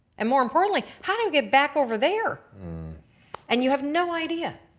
and more importantly how do you get back over there and you have no idea.